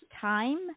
time